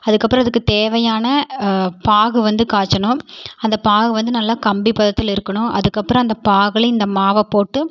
அதற்கப்பறம் அதுக்கு தேவையான பாகு வந்து காய்ச்சணும் அந்த பாகு வந்து நல்லா கம்பி பதத்தில் இருக்கணும் அதற்கப்பறம் அந்த பாகில் இந்த மாவை போட்டு